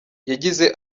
yagize